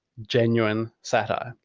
genuine satire?